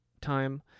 time